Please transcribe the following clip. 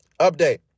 update